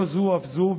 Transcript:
לא זו אף זו,